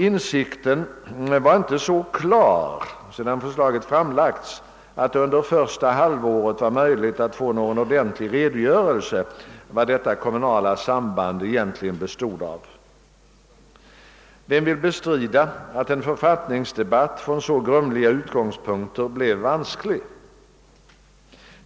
Insikten var inte så klar, sedan förslaget framlagts, att det under första halvåret var möjligt för oss andra att få någon ordentlig redogörelse för vad detta kommunala samband egentligen bestod av. Vem vill bestrida att en författningsdebatt från så grumliga utgångspunkter blev vansklig?